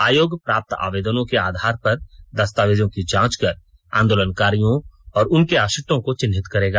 आयोग प्राप्त आवेदनों के आधार पर दस्तावेजों की जांच कर आंदोलनकारियों और उनके आश्रितों को चिन्हित करेगा